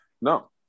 No